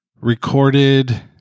recorded